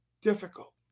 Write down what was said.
difficult